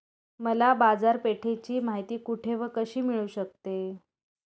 मला बाजारपेठेची माहिती कुठे व कशी मिळू शकते?